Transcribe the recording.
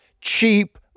cheap